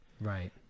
right